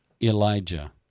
Elijah